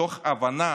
מתוך הבנה